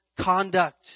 conduct